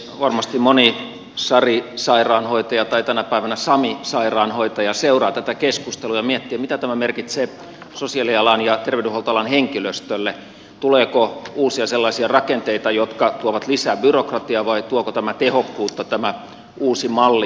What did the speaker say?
varmasti moni sari sairaanhoitaja tai tänä päivänä sami sairaanhoitaja seuraa tätä keskustelua ja miettii mitä tämä merkitsee sosiaalialan ja terveydenhuoltoalan henkilöstölle tuleeko uusia sellaisia rakenteita jotka tuovat lisää byrokratiaa vai tuoko tämä uusi malli tehokkuutta